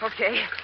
Okay